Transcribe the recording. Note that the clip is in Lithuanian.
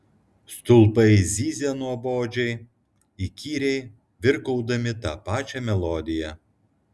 stulpai zyzė nuobodžiai įkyriai virkaudami tą pačią melodiją